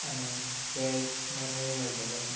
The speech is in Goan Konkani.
आनी वॅज नॉन वॅज मेळटलें